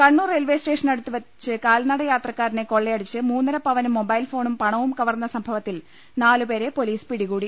Kannur railway സ്റ്റേഷനടുത്തു പ്രെച്ച് കാൽനടയാത്ര ക്കാരനെ കൊള്ളയടിച്ച് മൂന്നരൂപ്പനും മൊബൈൽ ഫോണും പണവും കവർന്ന സംഭവത്തിൽ നാലു പേരെ പൊലീസ് പിടി കൂടി